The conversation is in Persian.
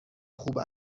خوب